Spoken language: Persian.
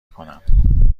کنم